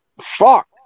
fuck